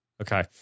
okay